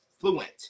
fluent